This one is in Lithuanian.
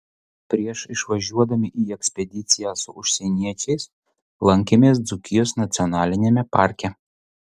prieš išvažiuodami į ekspediciją su užsieniečiais lankėmės dzūkijos nacionaliniame parke